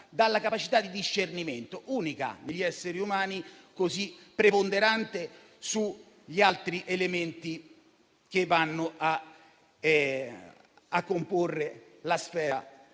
dalla capacità di discernimento unica, propria degli esseri umani, così preponderante sugli altri elementi che compongono la sfera